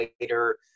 later